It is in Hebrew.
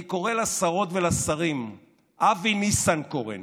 אני קורא לשרות ולשרים אבי ניסנקורן,